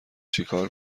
چیکار